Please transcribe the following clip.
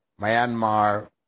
Myanmar